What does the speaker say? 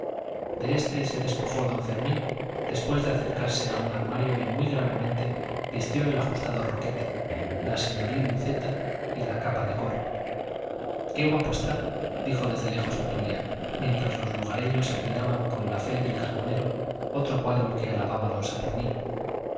de este se despojó don fermín después de acercarse a un armario y muy gravemente vistió el ajustado roquete la señoril muceta y la capa de coro qué guapo está dijo desde lejos obdulia mientras los lugareños admiraban con la fe del carbonero otro cuadro que alababa don saturnino